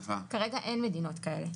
כרגע אין מדינות כאלה.